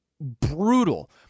brutal